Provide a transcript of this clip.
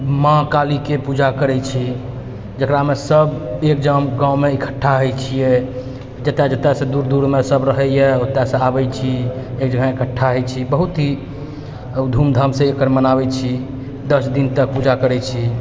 माँ कालीके पूजा करै छी जकरामे सभ एक जाम गाममे इकट्ठा होइ छियै जतऽ जतसँ दूर दूरमे सभ रहैए ओतऽसँ आबै छी भेँट घाँट इकट्ठा होइ छी बहुत ही धूमधामसँ एकरा मनाबै छी दस दिन तक पूजा करै छी